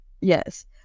Yes